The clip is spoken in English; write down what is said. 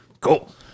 Cool